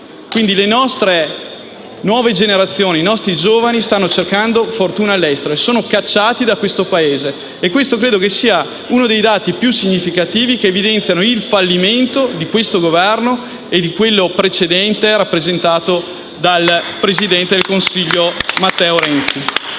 Le nostre nuove generazioni stanno cercando fortuna all'estero e sono cacciate da questo Paese. Credo che questo sia uno dei dati più significativi, che evidenzia il fallimento di questo Governo e del precedente, rappresentato dal presidente del Consiglio Matteo Renzi.